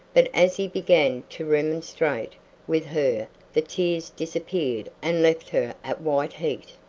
but as he began to remonstrate with her the tears disappeared and left her at white heat.